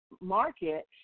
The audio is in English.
market